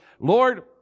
Lord